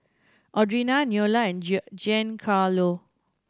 Audrina Neola and Giancarlo